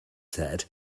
said